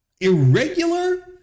irregular